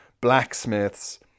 blacksmiths